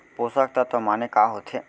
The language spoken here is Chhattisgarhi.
पोसक तत्व माने का होथे?